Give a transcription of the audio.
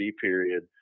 Period